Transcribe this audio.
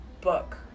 book